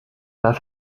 pas